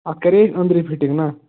أتھ کرے اَسہِ أنٛدٕری فِٹِنٛگ نا